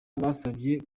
basabye